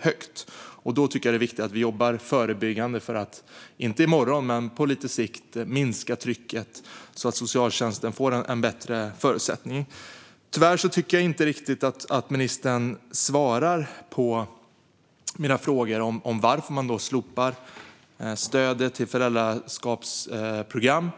högt, och då tycker jag att det är viktigt att vi jobbar förebyggande för att, inte i morgon men på lite sikt, minska trycket så att socialtjänsten får bättre förutsättningar. Tyvärr tycker jag inte riktigt att ministern svarar på mina frågor om varför man slopar stödet till föräldrastödsprogram.